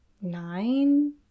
nine